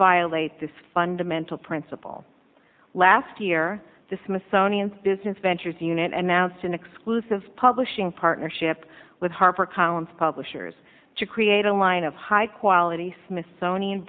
violate this fundamental principle last year the smithsonian's business ventures unit and mouse an exclusive publishing partnership with harper collins publishers to create a line of high quality smithsonian